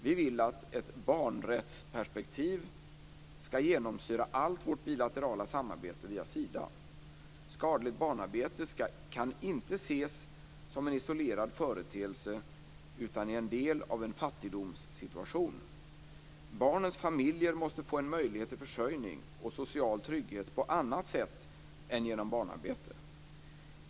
Vi vill att ett barnrättsperspektiv ska genomsyra allt vårt bilaterala samarbete via Sida. Skadligt barnarbete kan inte ses som en isolerad företeelse utan är en del av en fattigdomssituation. Barnens familjer måste få en möjlighet till försörjning och social trygghet på annat sätt än genom barnarbete.